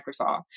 Microsoft